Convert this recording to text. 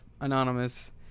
anonymous